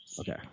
Okay